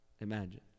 Imagine